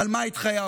על מה התחייבנו?